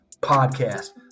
podcast